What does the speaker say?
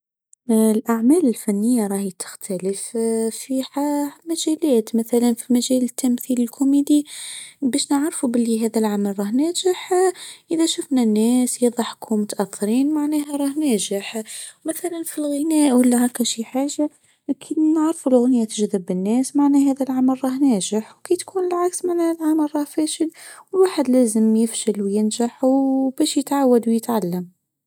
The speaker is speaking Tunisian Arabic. آ الأعمال الفنية رأيي بتختلف اه فيها مجالات مثلا في مجال التمثيل الكوميدي باش نعرفو بلي هذا العمل راه ناجح إذا شفنا الناس يضحكوا متأخرين معناها راه ناجح مثلا في الغناء ولا هكا شي حاجة اكين نعرفوا الأغنية تجذب الناس معناها هذا العمل رآه ناجح، وكى تكون لايص معناها العمل رآه فاشل الواحد لازم يفشل وينجح وباش يتعود ويتعلم.